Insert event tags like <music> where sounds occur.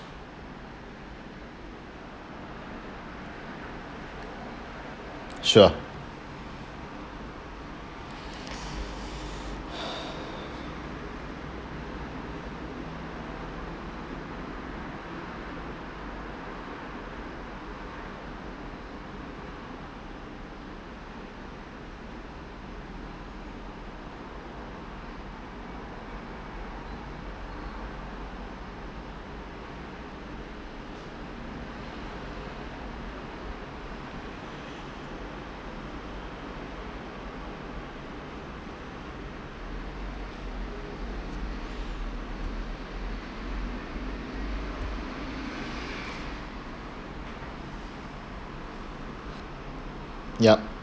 sure <breath> yup